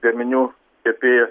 gaminių kepėjų